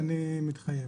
אני מתחייב.